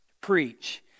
Preach